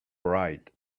bright